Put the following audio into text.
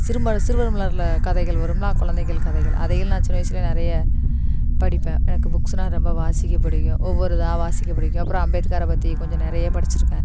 சிறுவர் மலர் சிறுவர் மலர்ல கதைகள் வரும்லாம் குழந்தைகள் கதைகள் அதையும் நான் சின்ன வயதிலே நிறைய படிப்பேன் எனக்கு புக்ஸுனால் ரொம்ப வாசிக்க பிடிக்கும் ஒவ்வொரு இதாக வாசிக்க பிடிக்கும் அப்புறம் அம்பேத்காரை பற்றி கொஞ்சம் நிறைய படிச்சிருக்கேன்